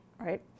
right